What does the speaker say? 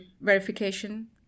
verification